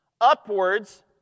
Upwards